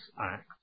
acts